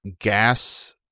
gas